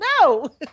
No